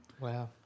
Wow